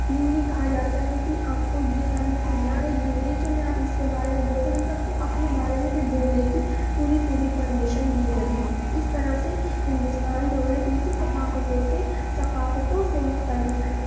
یہ نہیں کہا جاتا ہے کہ آپ کو یہ دھرم چننا ہے یہ نہیں چننا ہے آپ اس کے بارے میں بول سکتے ہیں سب کو اپنے بارے میں بھی بولنے کی پوری پوری پرمیشن دی گئی ہے اس طرح سے ہندوستان جو ہے دوسری ثقافتوں سے ثقافتوں سے مختلف ہے